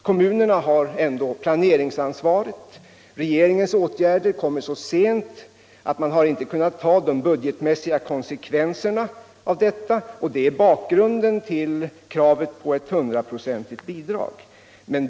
Kommunerna har ändå planeringsansvaret. Regeringens åtgärder kommer så sent att man inte har kunnat ta de budgetmässiga konsekvenserna av detta. Det är bakgrunden till kravet på ett hundraprocentigt bidrag.